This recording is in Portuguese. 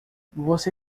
você